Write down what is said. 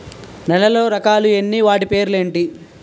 నేలలో రకాలు ఎన్ని వాటి పేర్లు ఏంటి?